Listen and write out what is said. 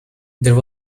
there